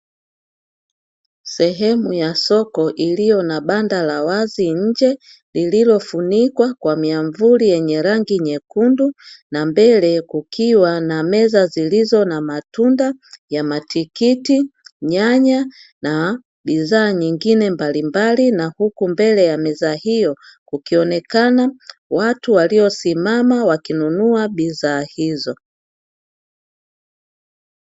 Sehemu ya soko iliyo na banda la wazi nje, lililofunikwa kwa miamvuli yenye rangi nyekundu na mbele kukiwa na meza zilizo na matunda ya matikiti, nyanya na bidhaa nyingine mbalimbali na huku mbele ya meza hiyo kukionekana watu waliosimama wakinunua bidhaa hizo.